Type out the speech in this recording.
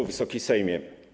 Wysoki Sejmie!